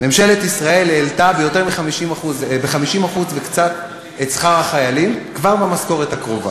ממשלת ישראל העלתה ב-50% וקצת את שכר החיילים כבר במשכורת הקרובה.